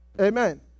Amen